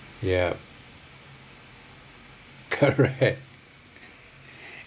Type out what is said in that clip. yup correct